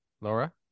Laura